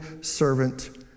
servant